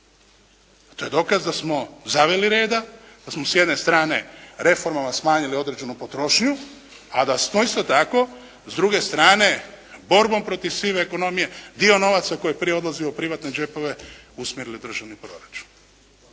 To je dokaz da smo zaveli reda, da smo s jedne strane reformalno smanjili određenu potrošnju, a da smo isto tako s druge strane borbom protiv sive ekonomije dio novaca koji je prije odlazio u privatne džepove usmjerili državni proračun.